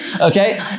Okay